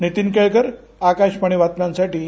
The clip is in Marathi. नीतीन केळकर आकाशवाणी बातम्यांसाठी प्णे